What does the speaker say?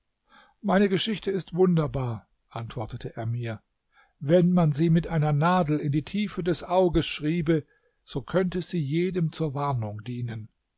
meine geschichte ist wunderbar antwortete er mir wenn man sie mit einer nadel in die tiefe des auges schriebe so könnte sie jedem zur warnung dienen